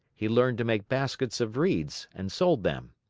he learned to make baskets of reeds and sold them.